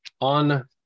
on